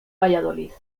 valladolid